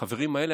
החברים האלה,